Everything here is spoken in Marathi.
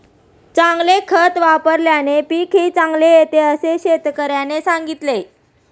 चांगले खत वापल्याने पीकही चांगले येते असे शेतकऱ्याने सांगितले